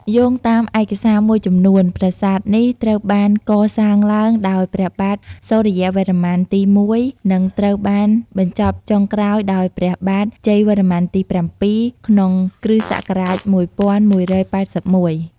យោងតាមឯកសារមួយចំនួន ប្រាសាទនេះត្រូវបានកសាងឡើងដោយព្រះបាទ សូរ្យវរ្ម័នទី ១ និងត្រូវបានបញ្ចប់ចុងក្រោយដោយព្រះបាទ ជ័យវរ្ម័នទី ៧ ក្នុង គ្រិស្តសករាជ ១១៨១។